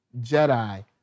Jedi